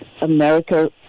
America